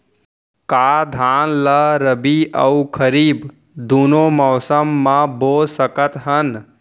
का धान ला रबि अऊ खरीफ दूनो मौसम मा बो सकत हन?